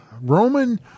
Roman